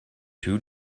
two